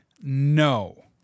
no